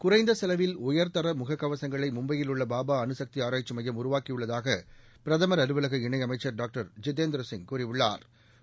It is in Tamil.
குறைந்த செலவில் உயர்தர முக கவசங்களை மும்பையில் உள்ள பாபா அனுசக்தி ஆராய்ச்சி மையம் உருவாக்கியுள்ளதாக பிரதமா் அலுவலக இணை அமைச்சா் டாக்டர் ஜிதேந்திரசிங் கூறியுள்ளாா்